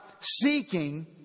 seeking